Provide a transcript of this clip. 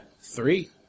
Three